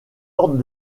ordres